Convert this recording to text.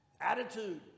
attitude